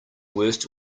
worst